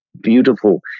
beautiful